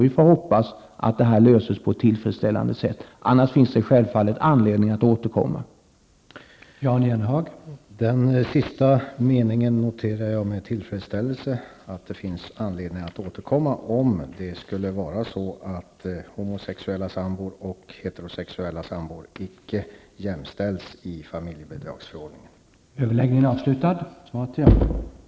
Vi får hoppas att detta löses på ett tillfredsställande sätt, i annat fall finns det självfallet anledning att återkomma i frågan.